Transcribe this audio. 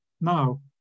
Now